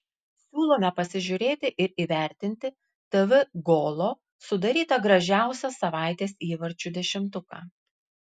siūlome pasižiūrėti ir įvertinti tv golo sudarytą gražiausią savaitės įvarčių dešimtuką